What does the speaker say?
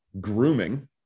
grooming